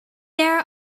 are